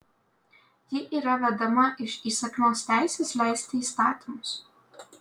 ji yra vedama iš įsakmios teisės leisti įstatymus